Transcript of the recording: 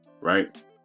Right